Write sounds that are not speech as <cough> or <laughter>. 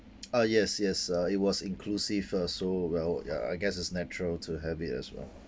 <noise> uh yes yes uh it was inclusive uh so well ya I guess it's natural to have it as well